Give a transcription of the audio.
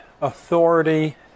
authority